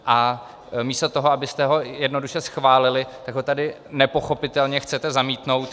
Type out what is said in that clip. A místo toho, abyste ho jednoduše schválili, tak ho tady nepochopitelně chcete zamítnout.